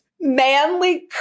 manly